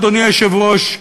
אדוני היושב-ראש.